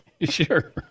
Sure